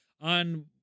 On